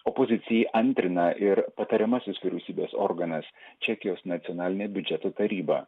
opozicijai antrina ir patariamasis vyriausybės organas čekijos nacionalinė biudžeto taryba